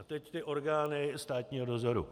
A teď ty orgány státního dozoru.